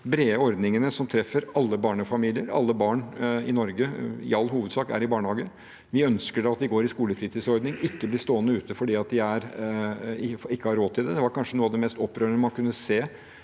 brede ordningene som treffer alle barnefamilier. Alle barn i Norge er i all hovedsak i barnehage. Vi ønsker at de går i skolefritidsordning, og ikke blir stående utenfor fordi de ikke har råd til det. Det var kanskje noe av det mest opprørende man kunne se